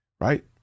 right